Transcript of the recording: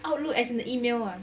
outlook as an email ah